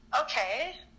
Okay